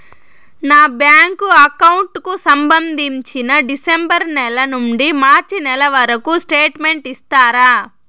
నా bank account కు సంబంధించి డిసెంబరు నెల నుండి మార్చి నెలవరకు స్టేట్మెంట్ ఇస్తారా?